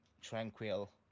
tranquil